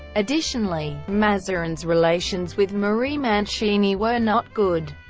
additionally, mazarin's relations with marie mancini were not good,